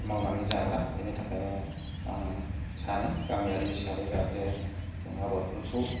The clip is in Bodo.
मावनानै जाग्रा बेनि थाखायनो आं सानो गामियारि हिसाबै जाहाथे जोंहा बर'फोरखौ